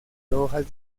hojas